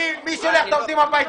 מי שולח את העובדים הביתה?